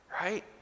Right